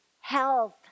health